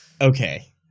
okay